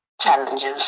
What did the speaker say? challenges